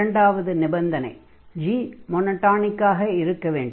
இரண்டாவது நிபந்தனை g monotonic ஆக இருக்க வேண்டும்